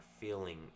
feeling